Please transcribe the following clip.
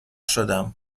شدم